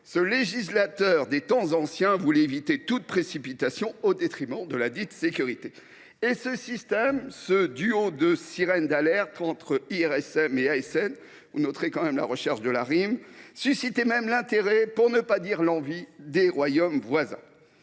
ce législateur des temps anciens voulait éviter toute précipitation au détriment de ladite sécurité. Et ce système, ce duo de sirènes d’alerte de l’IRSN et de l’ASN – vous noterez le souci de la rime – suscitait l’intérêt, pour ne pas dire l’envie, des royaumes voisins.